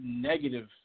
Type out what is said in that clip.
negative